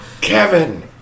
Kevin